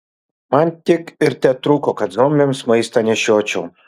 man tik ir tetrūko kad zombiams maistą nešiočiau